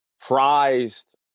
prized